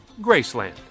Graceland